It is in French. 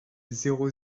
zéro